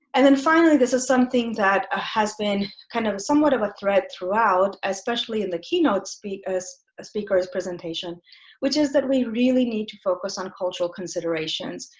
and then finally this is something that ah has been kind of somewhat of a thread throughout especially in the keynote speakers speakers presentation which is that we really need to focus on cultural considerations,